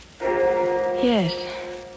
Yes